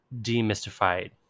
demystified